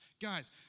Guys